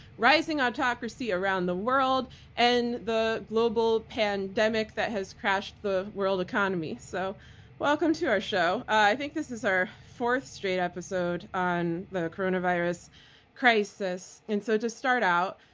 rising autocracy around the world and the global pandemic that has crashed the world economy. so welcome to our show. i think this is our fourth straight episode on the coronavirus crisis. and so to start out,